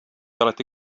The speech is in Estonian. alati